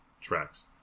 tracks